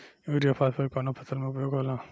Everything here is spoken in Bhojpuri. युरिया फास्फोरस कवना फ़सल में उपयोग होला?